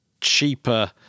cheaper